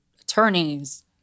attorneys